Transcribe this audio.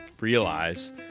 realize